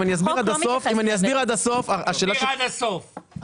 אם אני אסביר עד הסוף --- תסביר עד הסוף,